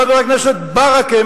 חבר הכנסת ברכה,